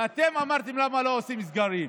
ואתם אמרתם: למה לא עושים סגרים?